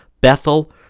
bethel